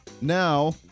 Now